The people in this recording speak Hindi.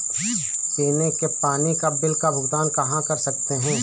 पीने के पानी का बिल का भुगतान हम कहाँ कर सकते हैं?